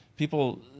people